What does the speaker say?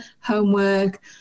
homework